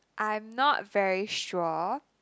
I'm not very sure